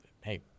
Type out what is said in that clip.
Hey